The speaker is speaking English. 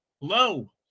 Hello